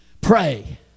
pray